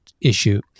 issue